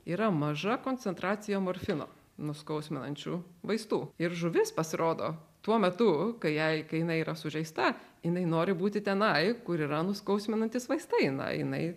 yra maža koncentracija morfino nuskausminančių vaistų ir žuvis pasirodo tuo metu kai jai kai jinai yra sužeista jinai nori būti tenai kur yra nuskausminantys vaistai na jinai